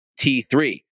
T3